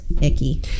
Icky